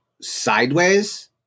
sideways